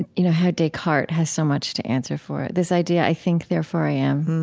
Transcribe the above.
you know, how descartes has so much to answer for. this idea, i think therefore i am,